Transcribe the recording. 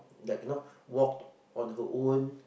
like you know walk on her own